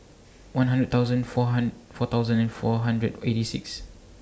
one hundred thousand four four thousand and four hundred eighty six